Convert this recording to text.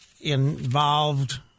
involved